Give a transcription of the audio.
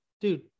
Dude